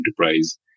enterprise